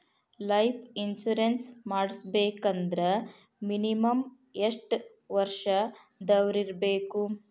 Life insurance ಮಾಡ್ಸ್ಬೇಕಂದ್ರ minimum ಯೆಷ್ಟ್ ವರ್ಷ ದವ್ರಿರ್ಬೇಕು?